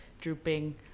drooping